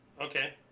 Okay